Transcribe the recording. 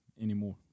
anymore